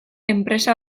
enpresa